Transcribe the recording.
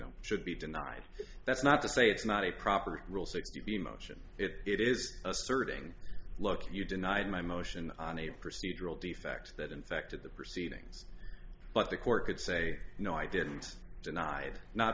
know should be denied that's not to say it's not a proper rule sixty b motion it is asserting look you denied my motion on a procedural defect that infected the proceedings but the court could say no i didn't denied not